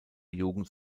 jugend